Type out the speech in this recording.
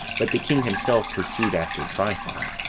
but the king himself pursued after tryphon.